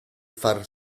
far